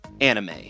anime